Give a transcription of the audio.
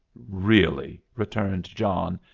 really? returned john,